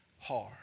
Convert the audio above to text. hard